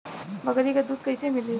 बकरी क दूध कईसे मिली?